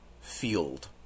field